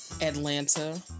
Atlanta